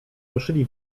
ruszyli